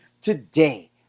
today